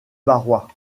barrois